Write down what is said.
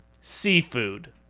seafood